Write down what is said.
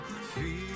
Feel